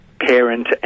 parent